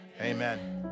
amen